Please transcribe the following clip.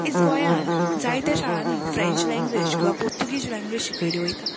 आयज गोंयांत जायत्या शाळांनी फ्रेंच लँगवेज किंवा पोर्तुगीज लँगवेज शिकयली वयता